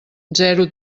zero